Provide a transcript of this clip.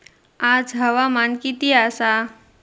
आज हवामान किती आसा?